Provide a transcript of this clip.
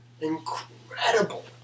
Incredible